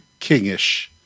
kingish